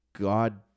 God